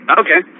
okay